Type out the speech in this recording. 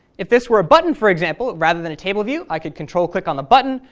if this were a button, for example, rather than a table view, i could control click on the button,